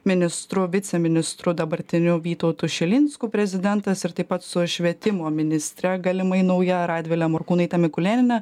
ministru viceministru dabartiniu vytautu šilinsku prezidentas ir taip pat su švietimo ministre galimai nauja radvile morkūnaite mikulėniene